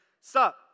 sup